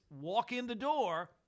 walk-in-the-door